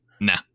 nah